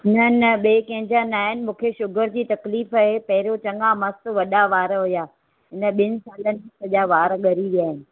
न ॿिए कहिंजा न आहिनि मूंखे शुगर जी तकलीफ़ आहे पहिरियों मस्तु वॾा वार हुया इन ॿिनि सालनि सॼा वार ॻरी विया आहिनि